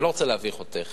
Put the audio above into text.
אני לא רוצה להביך אותך